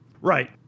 Right